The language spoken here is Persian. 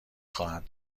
خواهد